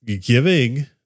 giving